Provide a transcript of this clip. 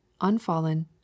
unfallen